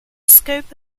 scope